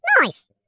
nice